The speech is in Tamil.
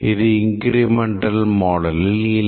இது இன்கிரிமெண்டல் மாடலில் இல்லை